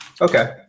Okay